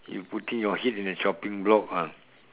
you putting your head in a chopping block ah